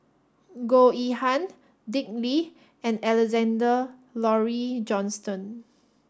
Goh Yihan Dick Lee and Alexander Laurie Johnston